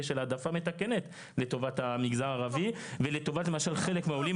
של העדפה מתקנת לטובת המגזר הערבי ולטובת למשל חלק מהעולים,